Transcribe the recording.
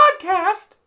podcast